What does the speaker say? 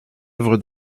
œuvre